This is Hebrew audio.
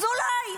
אז אולי,